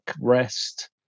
rest